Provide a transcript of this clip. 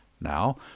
Now